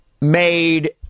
made